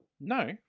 No